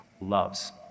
loves